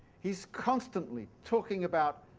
he is constantly talking about